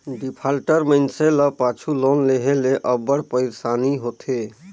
defaulter मइनसे ल पाछू लोन लेहे ले अब्बड़ पइरसानी होथे